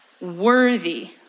worthy